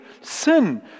sin